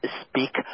speak